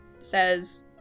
says